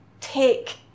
take